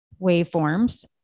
waveforms